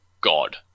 god